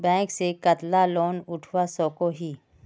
Bank से कतला loan उठवा सकोही?